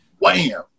Wham